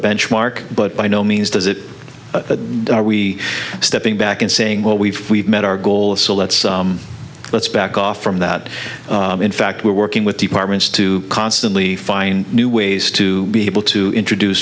benchmark but by no means does it are we stepping back and saying well we've we've met our goal of so let's let's back off from that in fact we're working with departments to constantly find new ways to be able to introduce